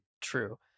true